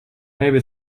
maybe